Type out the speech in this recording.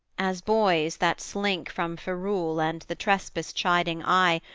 as boys that slink from ferule and the trespass-chiding eye,